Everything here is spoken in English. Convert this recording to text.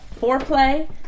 foreplay